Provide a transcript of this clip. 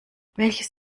welches